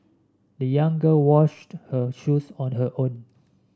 the young girl washed her shoes on her own